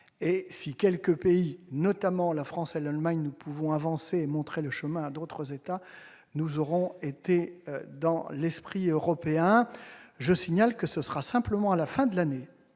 Si quelques pays, notamment la France et l'Allemagne, peuvent avancer et montrer le chemin à d'autres États, nous aurons été dans l'esprit européen. Je signale en outre que ce sera seulement à la fin de cette